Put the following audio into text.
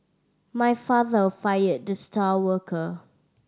my father fired the star worker